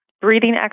breathing